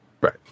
Right